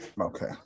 Okay